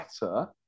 better